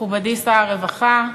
מכובדי שר הרווחה,